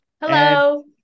Hello